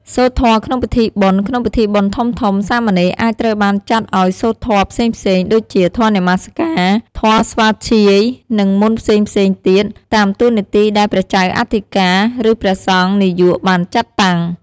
សូត្រធម៌ក្នុងពិធីបុណ្យ ក្នុងពិធីបុណ្យធំៗសាមណេរអាចត្រូវបានចាត់ឱ្យសូត្រធម៌ផ្សេងៗ ដូចជាធម៌នមស្ការ ធម៌ស្វាធ្យាយ និងមន្តផ្សេងៗទៀត តាមតួនាទីដែលព្រះចៅអធិការ ឬព្រះសង្ឃនាយកបានចាត់តាំង។